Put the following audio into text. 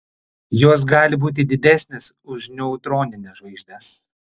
jos gali būti didesnės už neutronines žvaigždes